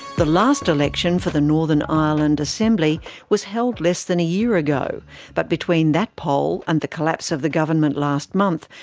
the last election for the northern ireland assembly was held less than a year ago but between that poll and the collapse of the government last month,